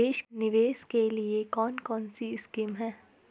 निवेश के लिए कौन कौनसी स्कीम हैं?